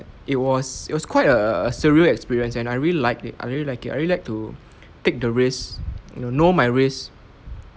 it was it was quite a a a surreal experience and I really liked it I really liked it I really like to take the risk you know know my risk